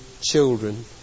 children